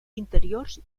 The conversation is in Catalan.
interiors